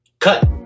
cut